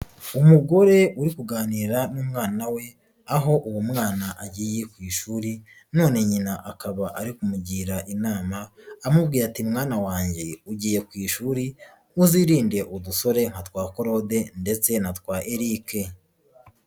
Umugore uri kuganira n'umwana we, aho uwo mwana agiye ku ishuri none nyina akaba ari kumugira inama, amubwira ati "mwana wanjye ugiye ku ishuri ntuzirinde udusho nka twa Claude ndetse na twa Eric".